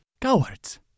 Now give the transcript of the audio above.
Cowards